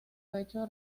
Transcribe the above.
pecho